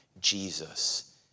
Jesus